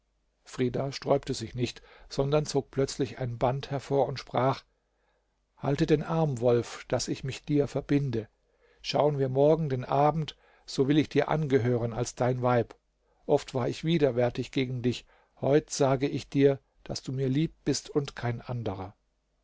frida sträubte sich nicht sondern zog plötzlich ein band hervor und sprach halte den arm wolf daß ich mich dir verbinde schauen wir morgen den abend so will ich dir angehören als dein weib oft war ich widerwärtig gegen dich heut sage ich dir daß du mir lieb bist und kein anderer